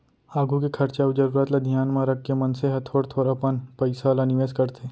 आघु के खरचा अउ जरूरत ल धियान म रखके मनसे ह थोर थोर अपन पइसा ल निवेस करथे